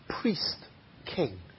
priest-king